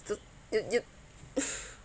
stood you you